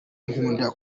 ikunda